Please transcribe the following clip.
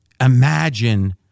Imagine